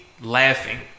Laughing